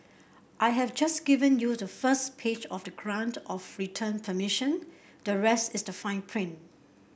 I have just given you the first page of the grant of return permission the rest is the fine print